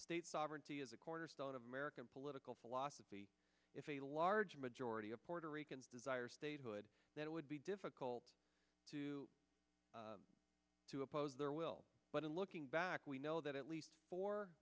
state sovereignty is a cornerstone of american political philosophy if a large majority of puerto rican desire statehood then it would be difficult to to oppose their will but in looking back we know that at least four